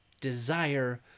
desire